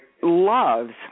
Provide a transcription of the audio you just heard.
loves